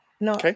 No